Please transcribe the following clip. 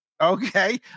Okay